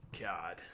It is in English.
god